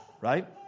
right